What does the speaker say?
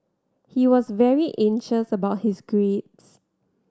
he was very anxious about his grades